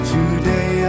Today